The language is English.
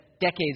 decades